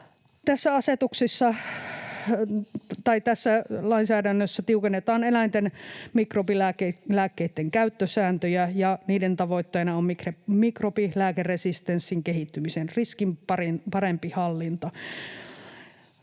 lainsäädännössä tiukennetaan eläinten mikrobilääkkeitten käyttösääntöjä, ja tavoitteena on mikrobilääkeresistenssin kehittymisen riskin parempi hallinta.